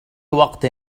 وقت